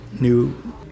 new